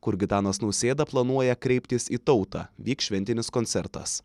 kur gitanas nausėda planuoja kreiptis į tautą vyks šventinis koncertas